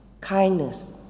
kindness